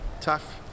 tough